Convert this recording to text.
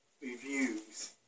reviews